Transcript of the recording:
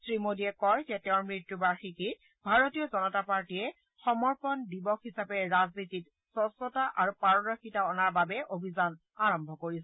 শ্ৰী মোদীয়ে কয় যে তেওঁৰ মৃত্যু বাৰ্ষিকীত ভাৰতীয় জনতা পাৰ্টীয়ে সমৰ্পন দিৱস হিচাপে ৰাজনীতিত স্বচ্ছতা আৰু পাৰদৰ্শিতা অনাৰ বাবে অভিযান আৰম্ভ কৰিছে